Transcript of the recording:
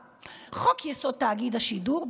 חוק-יסוד: תאגיד השידור,